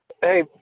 Hey